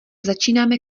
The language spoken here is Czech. začínáme